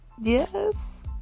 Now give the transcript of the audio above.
yes